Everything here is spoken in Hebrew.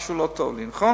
משהו לא טוב לי, נכון?